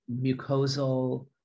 mucosal